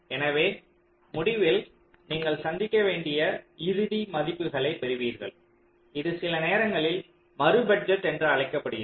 எனவே முடிவில் நீங்கள் சந்திக்க வேண்டிய இறுதி மதிப்புகளைப் பெறுவீர்கள் இது சில நேரங்களில் மறு பட்ஜெட் என்று அழைக்கப்படுகிறது